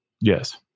Yes